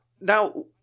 Now